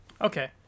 Okay